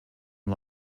and